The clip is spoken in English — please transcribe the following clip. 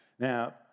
Now